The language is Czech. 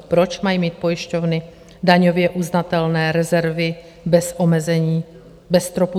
Proč mají mít pojišťovny daňově uznatelné rezervy bez omezení, bez stropu?